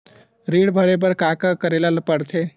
ऋण भरे बर का का करे ला परथे?